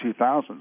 2000s